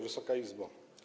Wysoka Izbo!